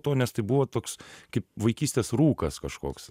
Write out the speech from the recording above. to nes tai buvo toks kaip vaikystės rūkas kažkoks